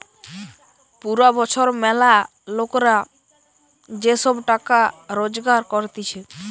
পুরা বছর ম্যালা লোকরা যে সব টাকা রোজগার করতিছে